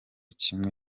kimwe